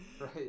right